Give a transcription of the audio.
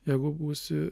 jeigu būsi